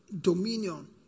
dominion